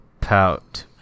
pout